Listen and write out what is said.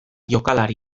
jokalari